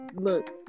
Look